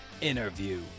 interview